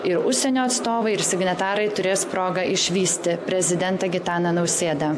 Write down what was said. ir užsienio atstovai ir signatarai turės progą išvysti prezidentą gitaną nausėdą